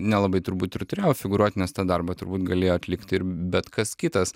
nelabai turbūt ir turėjau figūruot nes tą darbą turbūt galėjo atlikti ir bet kas kitas